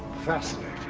fascinating.